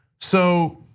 so,